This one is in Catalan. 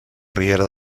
riera